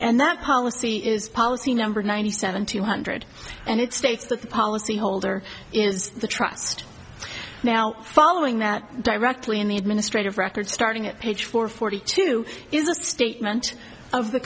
that policy is policy number ninety seven two hundred and it states that the policyholder is the trust now following that directly in the administrative records starting at page four forty two is the statement of the